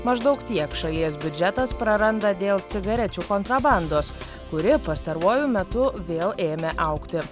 maždaug tiek šalies biudžetas praranda dėl cigarečių kontrabandos kuri pastaruoju metu vėl ėmė augti